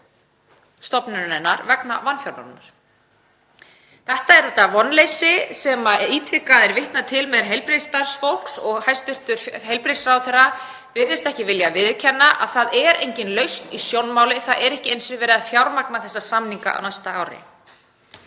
stofnunarinnar vegna vanfjármögnunar. Þetta er þetta vonleysi sem ítrekað er vitnað til meðal heilbrigðisstarfsfólks og hæstv. heilbrigðisráðherra virðist ekki vilja viðurkenna að það sé engin lausn í sjónmáli. Það er ekki einu sinni verið að fjármagna þessa samninga á næsta ári.